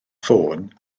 ffôn